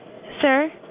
Sir